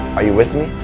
are you with me?